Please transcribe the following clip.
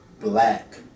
black